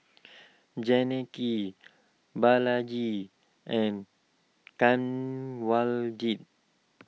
Janaki Balaji and Kanwaljit